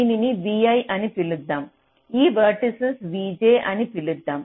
దీనిని vi అని పిలుద్దాం ఈ వర్టెక్స్ vj అని పిలుద్దాం